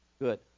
Good